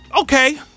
okay